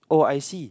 oh I see